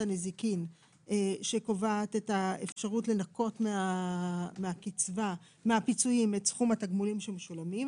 הנזיקין שקובעת את האפשרות לנכות מהפיצויים את סכום התגמולים שמשולמים,